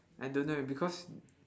I don't know because